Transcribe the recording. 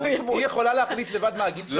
היא יכולה להחליט לבד מה הגיל שלו?